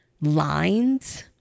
lines